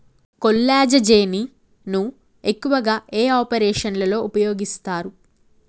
కొల్లాజెజేని ను ఎక్కువగా ఏ ఆపరేషన్లలో ఉపయోగిస్తారు?